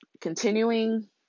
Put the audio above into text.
continuing